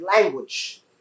language